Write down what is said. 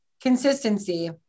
Consistency